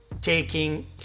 taking